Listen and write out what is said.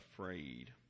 afraid